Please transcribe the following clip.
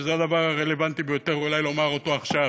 שזה הדבר הרלוונטי ביותר אולי לומר אותו עכשיו,